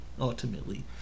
ultimately